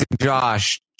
Josh